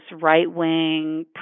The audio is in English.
right-wing